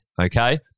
okay